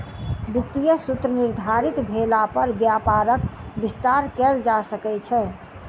वित्तीय सूत्र निर्धारित भेला पर व्यापारक विस्तार कयल जा सकै छै